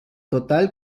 total